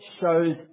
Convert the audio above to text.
shows